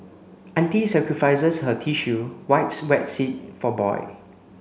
auntie sacrifices her tissue wipes wet seat for boy